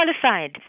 qualified